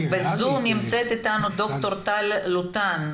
בזום נמצאת איתנו ד"ר טל לוטן,